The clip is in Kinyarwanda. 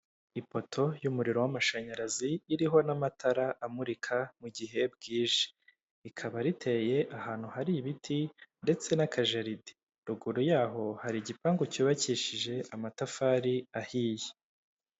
Ipoto y'umuriro w'amashanyarazi, iriho n'amatara amurika mu gihe bwije. Rikaba riteye ahantu hari ibiti ndetse n'akajaride. Ruguru y'aho hari igipangu cyubakishije amatafari ahiye.